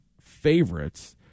favorites